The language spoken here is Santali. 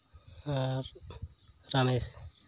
ᱟᱨ ᱨᱟᱢᱮᱥ